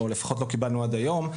לפחות לא קיבלנו כזו עד היום.